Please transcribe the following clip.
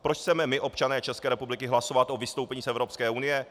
Proč chceme my občané České republiky hlasovat o vystoupení z Evropské unie?